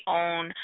own